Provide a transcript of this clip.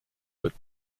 but